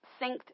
synced